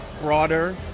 broader